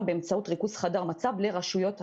באמצעות ריכוז חדר מצב לרשויות המקומיות.